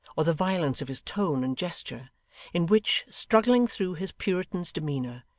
or the violence of his tone and gesture in which, struggling through his puritan's demeanour,